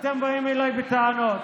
אתם באים אליי בטענות,